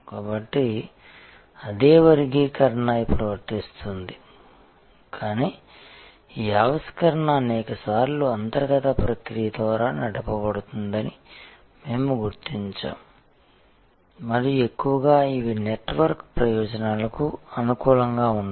కాబట్టి అదే వర్గీకరణ ఇప్పుడు వర్తిస్తుంది కానీ ఈ ఆవిష్కరణ అనేక సార్లు అంతర్గత ప్రక్రియ ద్వారా నడపబడుతుందని మేము గుర్తించాము మరియు ఎక్కువగా ఇవి నెట్వర్క్ ప్రయోజనాలకు అనుకూలంగా ఉంటాయి